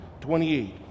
28